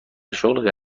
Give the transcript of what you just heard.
شغل